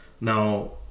Now